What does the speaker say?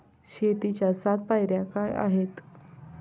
शेतीच्या सात पायऱ्या काय आहेत?